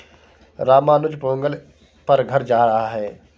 रामानुज पोंगल पर घर जा रहा है